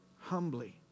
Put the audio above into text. humbly